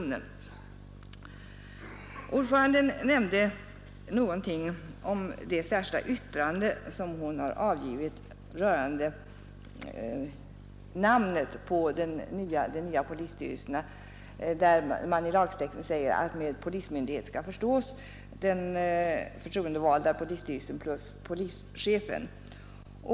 Utskottets ordförande nämnde något om sitt särskilda yttrande om vad som skall avses med polismyndighet. I lagtexten sägs att med polismyndighet skall förstås den förtroendevalda polisstyrelsen plus polischefen.